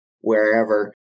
wherever